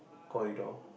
corridor